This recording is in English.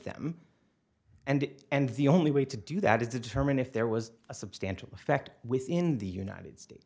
them and it and the only way to do that is to determine if there was a substantial effect within the united states